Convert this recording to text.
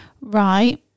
Right